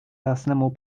jasnemu